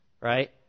Right